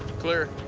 clear.